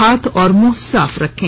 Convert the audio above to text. हाथ और मुंह साफ रखें